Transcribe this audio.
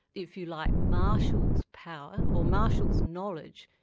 if you like marshals power, or marshals knowledge,